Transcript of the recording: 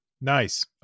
Nice